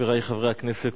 חברי חברי הכנסת,